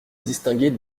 distinguer